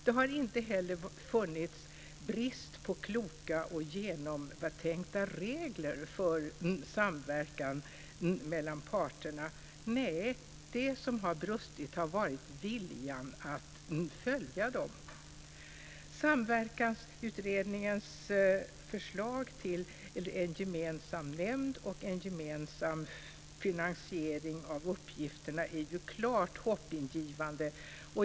Det har inte heller funnits brist på kloka och genomtänkta regler för samverkan mellan parterna. Nej, det som har brustit har varit viljan att följa reglerna. Samverkansutredningens förslag till en gemensam nämnd och en gemensam finansiering av uppgifterna är klart hoppingivande.